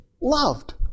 loved